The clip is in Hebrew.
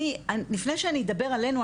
לפני שאני אדבר עלינו,